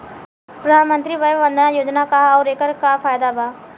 प्रधानमंत्री वय वन्दना योजना का ह आउर एकर का फायदा बा?